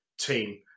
team